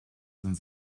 sind